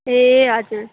ए हजुर